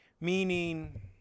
meaning